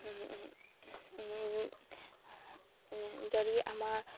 যদি আমাৰ